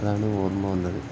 അതാണ് ഓർമ വന്നത്